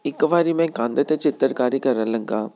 ਇੱਕ ਵਾਰੀ ਮੈਂ ਕੰਧ 'ਤੇ ਚਿੱਤਰਕਾਰੀ ਕਰਨ ਲੱਗਾ